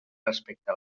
respecte